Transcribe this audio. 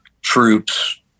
troops